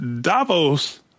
Davos